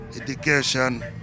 education